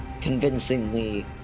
convincingly